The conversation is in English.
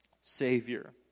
Savior